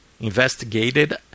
investigated